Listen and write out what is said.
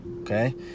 Okay